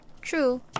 True